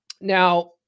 Now